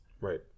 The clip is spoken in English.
Right